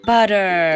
Butter